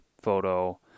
photo